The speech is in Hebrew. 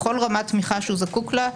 בכל רמת תמיכה שהוא זקוק לה,